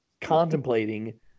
contemplating